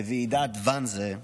בוועידת ואנזה,